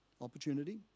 opportunity